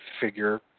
figure